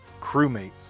crewmates